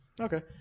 Okay